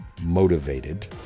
motivated